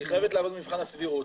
היא חייבת לעמוד במבחן הסבירות,